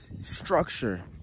structure